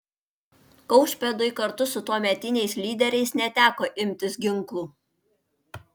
kaušpėdui kartu su tuometiniais lyderiais neteko imtis ginklų